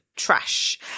trash